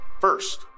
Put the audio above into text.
First